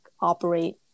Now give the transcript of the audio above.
operate